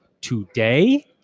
Today